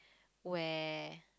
where